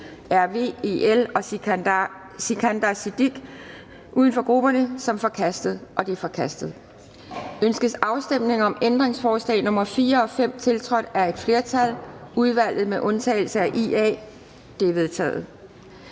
(RV, EL og Sikandar Siddique (UFG)) som forkastet. Det er forkastet. Ønskes afstemning om ændringsforslag nr. 4 og 5 tiltrådt af et flertal (udvalget med undtagelse af IA)? Det er vedtaget.